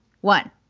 one